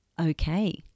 okay